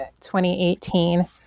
2018